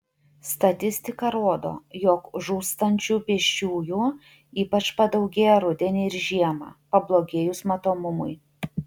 statistika rodo jog žūstančių pėsčiųjų ypač padaugėja rudenį ir žiemą pablogėjus matomumui